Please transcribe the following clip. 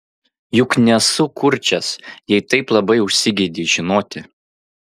juk nesu kurčias jei taip labai užsigeidei žinoti